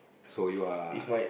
so you are